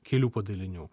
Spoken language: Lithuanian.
kelių padalinių